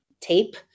tape